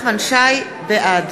בעד